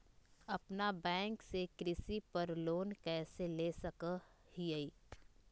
अपना बैंक से कृषि पर लोन कैसे ले सकअ हियई?